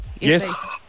Yes